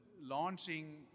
launching